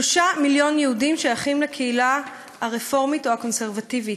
3 מיליון יהודים שייכים לקהילה הרפורמית או הקונסרבטיבית,